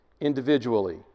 individually